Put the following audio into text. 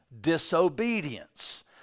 Disobedience